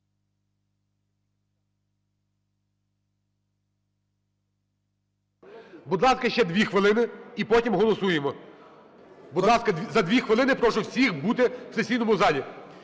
Будь ласка, ще 2 хвилин і потім голосуємо. Будь ласка, за 2 хвилини прошу всіх бути в сесійному залі.